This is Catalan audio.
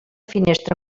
finestra